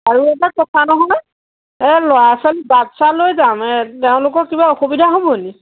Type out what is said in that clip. আৰু এটা কথা নহয় এই ল'ৰা ছোৱালী বাচ্ছা লৈ যাম তেওঁলোকৰ কিবা অসুবিধা হ'ব নি